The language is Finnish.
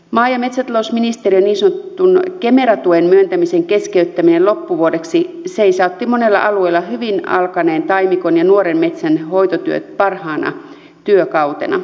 maa ja metsätalousministeriön niin sanotun kemera tuen myöntämisen keskeyttäminen loppuvuodeksi seisautti monella alueella hyvin alkaneen taimikon ja nuoren metsän hoitotyöt parhaana työkautena